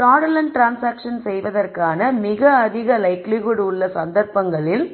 fraudulent transaction செய்வதற்கான மிக அதிக லைக்லிஹுட் உள்ள சந்தர்ப்பங்களில்